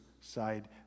side